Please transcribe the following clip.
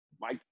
Mike